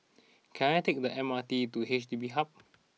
can I take the M R T to H D B Hub